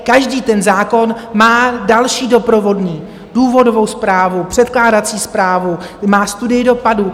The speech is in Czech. Každý ten zákon má další doprovodné věci důvodovou zprávu, předkládací zprávu, studii dopadů.